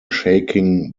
shaking